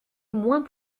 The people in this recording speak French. moins